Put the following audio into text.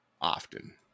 often